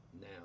now